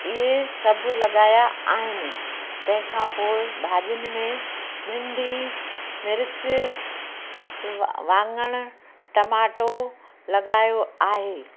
इहे सभु लॻाया आहिनि तंहिंखां पोइ भाॼियुनि में भिंडी मिर्च वाङण टमाटो लगायो आहे